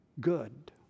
good